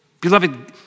Beloved